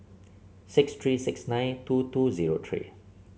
six three six nine two two zero three